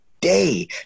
day